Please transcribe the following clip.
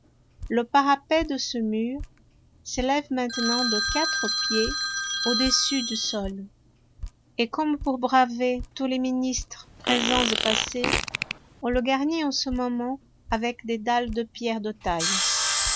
le parapet de ce mur s'élève maintenant de quatre pieds au-dessus du sol et comme pour braver tous les ministres présents et passés on le garnit en ce moment avec des dalles de pierre de taille